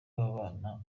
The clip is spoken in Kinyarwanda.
w’abana